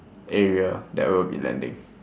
area that we'll be landing